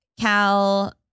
Cal